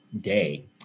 day